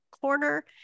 Corner